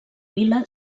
vila